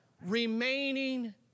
remaining